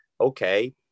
okay